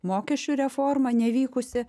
mokesčių reforma nevykusi